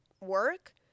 work